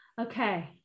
Okay